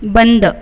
बंद